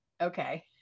okay